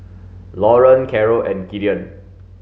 Loren Carol and Gideon